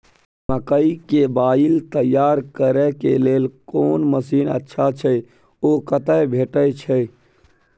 मकई के बाईल तैयारी करे के लेल कोन मसीन अच्छा छै ओ कतय भेटय छै